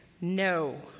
No